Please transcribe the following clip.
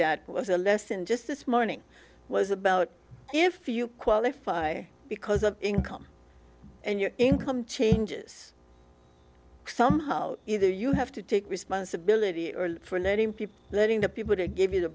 that was a lesson just this morning was about if you qualify because of income and your income changes somehow either you have to take responsibility or for letting people letting the people to give you